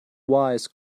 wise